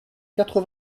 quatre